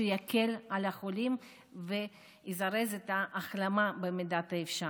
שיקל על החולים ויזרז את ההחלמה במידת האפשר.